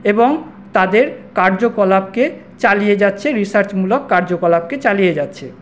এবং তাদের কার্যকলাপকে চালিয়ে যাচ্ছে রিসার্চমূলক কার্যকলাপকে চালিয়ে যাচ্ছে